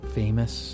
famous